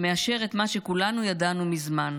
שמאשר את מה שכולנו ידענו מזמן: